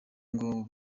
ngo